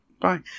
bye